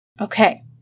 Okay